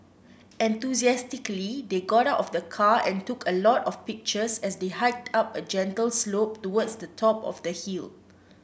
enthusiastically they got out of the car and took a lot of pictures as they hiked up a gentle slope towards the top of the hill